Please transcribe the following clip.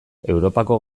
europako